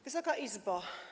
Wysoka Izbo!